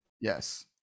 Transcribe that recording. Yes